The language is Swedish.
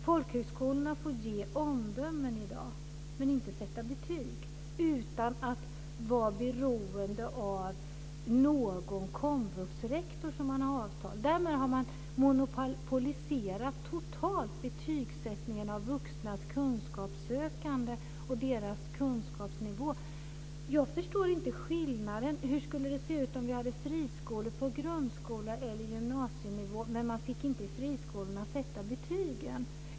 Folkhögskolorna får i dag ge omdömen men inte sätta betyg utan att vara beroende av någon komvuxrektor som de har avtal med. Därmed har man totalt monopoliserat betygssättningen av vuxna kunskapssökande och deras kunskapsnivå. Jag förstår inte skillnaden. Hur skulle det se ut om vi hade friskolor på grundskole eller gymnasienivå där friskolorna inte fick sätta betygen?